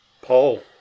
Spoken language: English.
Paul